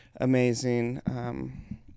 amazing